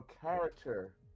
character